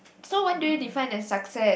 so what do you define as success